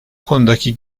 konudaki